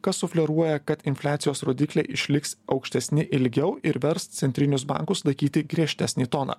kas sufleruoja kad infliacijos rodikliai išliks aukštesni ilgiau ir vers centrinius bankus laikyti griežtesnį toną